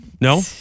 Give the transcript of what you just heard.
No